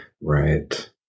Right